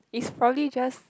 it's probably just